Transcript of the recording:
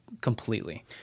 completely